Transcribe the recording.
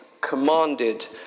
commanded